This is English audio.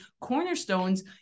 cornerstones